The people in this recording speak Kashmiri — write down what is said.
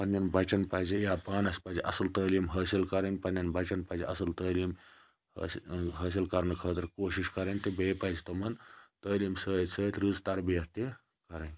پَننیٚن بَچَن پَزِ یا پانَس پَزِ اَصل تعلیٖم حٲصل کَرٕنۍ یا پَننیٚن بَچَن پَزِ اَصل تعلیٖم ٲصل حٲصل کَرنہٕ خٲطرٕ کوٗشِش کَرٕنۍ تہٕ بییٚہ پَزِ تِمَن تعلیٖم سۭتۍ سۭتۍ رِژ تَربیت تہِ کَرٕنۍ